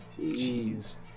Jeez